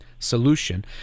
solution